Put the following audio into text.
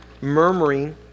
murmuring